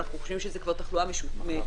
ואנחנו חושבים שזאת כבר תחלואה מפושטת.